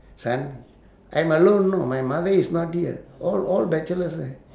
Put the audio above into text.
son I'm alone know my mother is not here all all bachelors eh